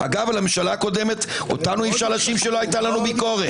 אגב הממשלה הקודמת אותנו אי אפשר להאשים שלא הייתה לנו ביקורת.